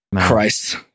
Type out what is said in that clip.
Christ